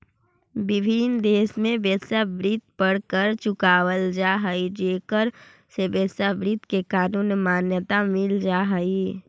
विभिन्न देश में वेश्यावृत्ति पर कर चुकावल जा हई जेकरा से वेश्यावृत्ति के कानूनी मान्यता मिल जा हई